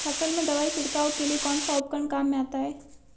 फसल में दवाई छिड़काव के लिए कौनसा उपकरण काम में आता है?